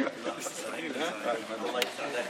המורה גם מקשיב לתלמידו.